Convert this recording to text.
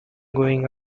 going